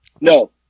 no